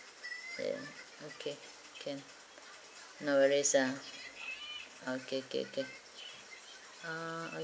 okay can no worries ah okay okay okay uh okay